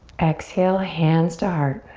exhale, hands to heart.